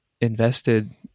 invested